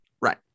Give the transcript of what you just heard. Right